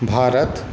Bharat